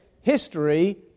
history